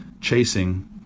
chasing